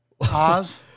Oz